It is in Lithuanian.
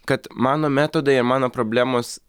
kad mano metodai ir mano problemos